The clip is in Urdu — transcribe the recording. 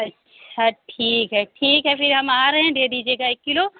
اچھا ٹھیک ہے ٹھیک ہے پھر ہم آ رہے ہیں دے دیجیے گا ایک کلو